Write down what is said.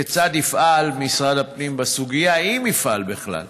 3. כיצד יפעל משרד הפנים בסוגיה, אם יפעל בכלל?